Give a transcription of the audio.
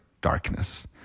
darkness